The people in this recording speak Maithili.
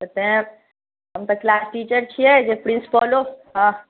तऽ तैं हम तऽ क्लास टीचर छियै जे प्रिन्सिपलो हा